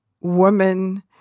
woman